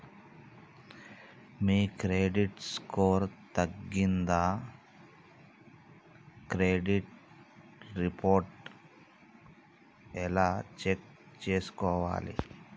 మీ credit score తగ్గిందా credit report ఎలా check చేసుకోవాలి?